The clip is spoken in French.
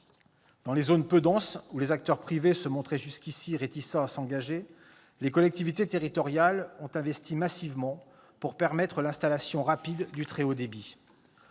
Dans les zones peu denses, où les acteurs privés se montraient jusqu'ici réticents à s'engager, les collectivités territoriales ont investi massivement pour permettre l'installation rapide du très haut débit.